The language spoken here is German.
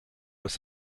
aus